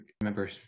remember